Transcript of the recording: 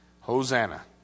hosanna